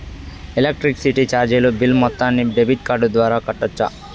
Electricity చార్జీలు bill మొత్తాన్ని debit card ద్వారా కట్టొచ్చా?